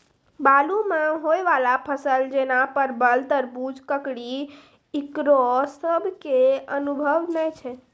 बालू मे होय वाला फसल जैना परबल, तरबूज, ककड़ी ईकरो सब के अनुभव नेय छै?